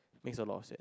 makes a lot of sense